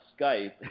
Skype